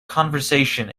conversation